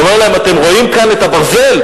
אומר להם: אתם רואים כאן את הברזל?